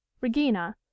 Regina